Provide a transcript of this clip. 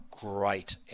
great